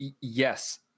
Yes